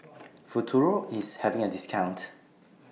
Futuro IS having A discount